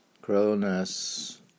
Cronus